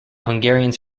hungarians